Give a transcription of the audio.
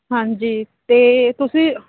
ਹਾਂਜੀ ਅਤੇ ਤੁਸੀਂ